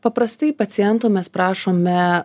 paprastai pacientų mes prašome